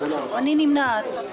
אני נמנעת.